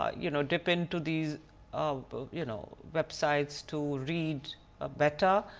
ah you know dip into these um but you know web sites to read ah better,